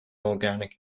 organic